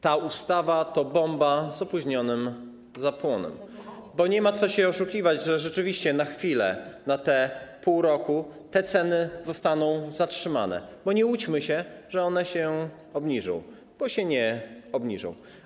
Ta ustawa to bomba z opóźnionym zapłonem, bo nie ma co się oszukiwać, że rzeczywiście na chwilę, na pół roku te ceny zostaną zatrzymane, bo nie łudźmy się, że one się obniżą, bo się nie obniżą.